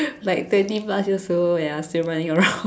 like twenty plus years old we are still running around